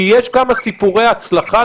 כי יש כמה סיפורי הצלחה,